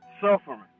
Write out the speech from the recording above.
suffering